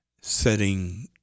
setting